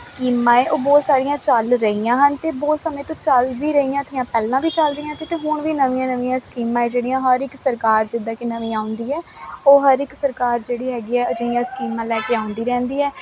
ਸਕੀਮਾਂ ਏ ਉਹ ਬਹੁਤ ਸਾਰੀਆਂ ਚੱਲ ਰਹੀਆਂ ਹਨ ਤੇ ਬਹੁਤ ਸਮੇਂ ਤੋਂ ਚੱਲ ਵੀ ਰਹੀਆਂ ਥੀਆਂ ਪਹਿਲਾਂ ਵੀ ਚੱਲ ਰਹੀਆਂ ਤੇ ਤੇ ਹੁਣ ਵੀ ਨਵੀਆਂ ਨਵੀਆਂ ਸਕੀਮਾਂ ਜਿਹੜੀਆਂ ਹਰ ਇੱਕ ਸਰਕਾਰ ਜਿੱਦਾਂ ਕਿ ਨਵੀਂ ਆਉਂਦੀ ਹ ਉਹ ਹਰ ਇੱਕ ਸਰਕਾਰ ਜਿਹੜੀ ਹੈਗੀ ਹ ਅਜਿਹੀਆਂ ਸਕੀਮਾਂ ਲੈ ਕੇ ਆਉਂਦੀ ਰਹਿੰਦੀ ਹੈ